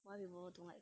why people do like